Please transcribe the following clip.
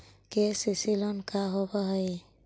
KCC loan का होब हइ?